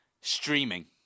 Streaming